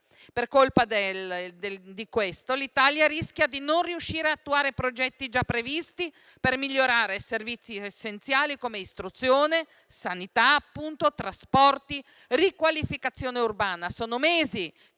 A causa di questo, l'Italia rischia di non riuscire ad attuare progetti già previsti per migliorare servizi essenziali come istruzione, sanità, trasporti e riqualificazione urbana. Sono mesi